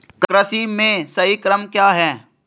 कृषि में सही क्रम क्या है?